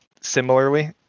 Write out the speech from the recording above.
similarly